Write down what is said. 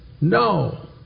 No